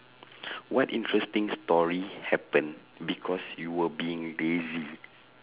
what interesting story happen because you were being lazy